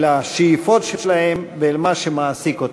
אל השאיפות שלהם ואל מה שמעסיק אותם.